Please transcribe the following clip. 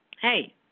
hey